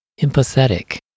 empathetic